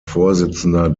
vorsitzender